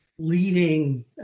Leading